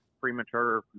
premature